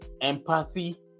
empathy